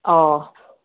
ꯑꯣ